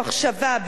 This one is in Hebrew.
ברגישות,